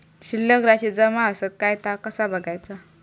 शिल्लक राशी जमा आसत काय ता कसा बगायचा?